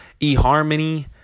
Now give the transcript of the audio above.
eHarmony